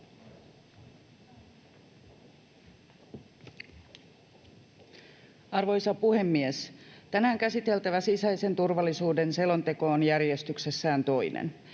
Arvoisa puhemies! Tänään käsiteltävä sisäisen turvallisuuden selonteko on järjestyksessään toinen.